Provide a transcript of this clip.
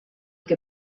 que